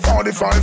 45